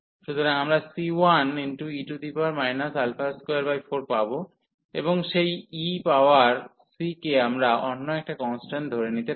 সুতরাং আমরা c1e 24পাব এবং সেই e পাওয়ার c কে আমরা অন্য একটা কন্সট্যান্ট ধরে নিতে পারি